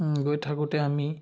গৈ থাকোঁতে আমি